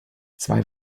zwei